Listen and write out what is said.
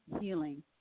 Healing